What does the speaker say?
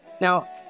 Now